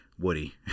woody